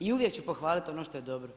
I uvijek ću pohvaliti ono što je dobro.